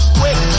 quick